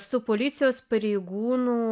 su policijos pareigūnų